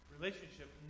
Relationship